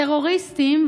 טרוריסטים,